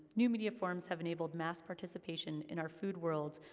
new media forms have enabled mass participation in our food worlds,